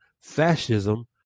fascism